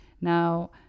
Now